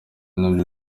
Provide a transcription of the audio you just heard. nabyo